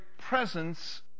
presence